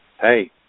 Hey